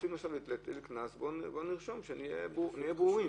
רוצים להטיל קנס, נרשום שנהיה ברורים.